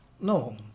No